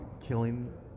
killing